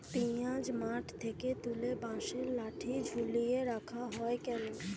পিঁয়াজ মাঠ থেকে তুলে বাঁশের লাঠি ঝুলিয়ে রাখা হয় কেন?